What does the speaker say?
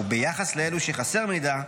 ביחס לאלו שחסר מידע,